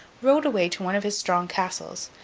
rode away to one of his strong castles,